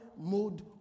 mode